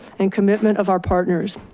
and commitment of our partners.